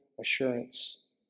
assurance